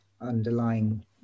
underlying